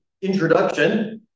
introduction